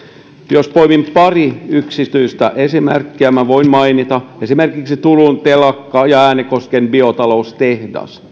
jos poimin pari yksittäistä esimerkkiä voin mainita esimerkiksi turun telakan ja äänekosken biotaloustehtaan